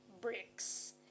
bricks